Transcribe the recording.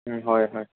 হয় হয়